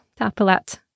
tapalat